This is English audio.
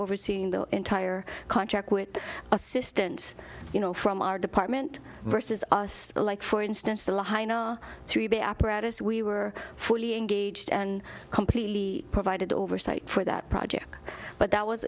overseeing the entire contract with the assistance you know from our department versus us like for instance the hina three b apparatus we were fully engaged and completely provided oversight for that project but that was